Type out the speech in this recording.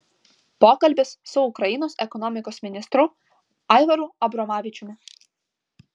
pokalbis su ukrainos ekonomikos ministru aivaru abromavičiumi